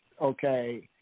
okay